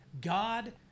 God